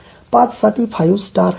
पाचसाठी five star